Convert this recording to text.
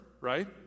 right